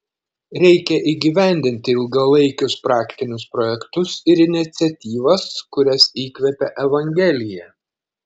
reikia įgyvendinti ilgalaikius praktinius projektus ir iniciatyvas kurias įkvepia evangelija